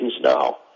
now